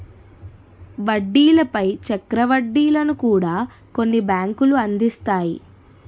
వడ్డీల పై చక్ర వడ్డీలను కూడా కొన్ని బ్యాంకులు అందిస్తాయి